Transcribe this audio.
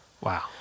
Wow